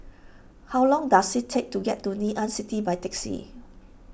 how long does it take to get to Ngee Ann City by taxi